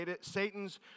Satan's